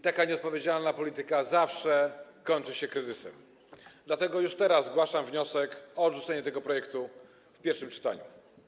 Taka nieodpowiedzialna polityka zawsze kończy się kryzysem, dlatego już teraz zgłaszam wniosek o odrzucenie tego projektu w pierwszym czytaniu.